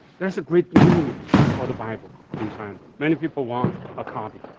there's a great need for the bible in china. many people want a copy,